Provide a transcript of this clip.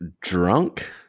drunk